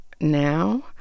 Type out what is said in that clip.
now